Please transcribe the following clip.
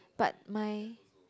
but my